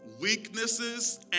weaknesses